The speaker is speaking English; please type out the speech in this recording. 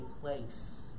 place